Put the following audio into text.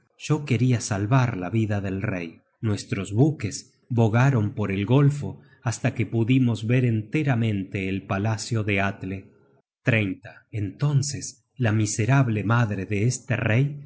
yo queria salvar la vida del rey nuestros buques bogaron por el golfo hasta que pudimos ver enteramente el palacio de atle content from google book search generated at entonces la miserable madre de este rey